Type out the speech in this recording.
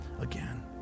again